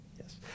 Yes